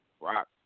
Rock